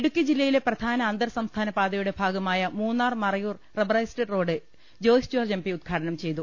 ഇടുക്കി ജില്ലയിലെ പ്രധാന അന്തർ സംസ്ഥാന പാതയുടെ ഭാഗമായ Munnar Marayoor rubberised road Joice George M P ഉദ്ഘാ ടനം ചെയ്തു